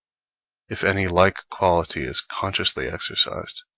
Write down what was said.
if any like quality is consciously exercised,